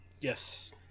yes